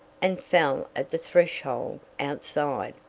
and fell at the threshold outside.